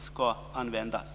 ska användas.